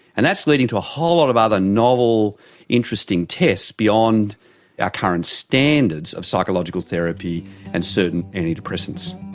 and that's leading to a whole lot of other novel interesting tests beyond our current standards of psychological therapy and certain antidepressants.